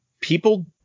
people